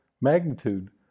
magnitude